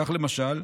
כך, למשל,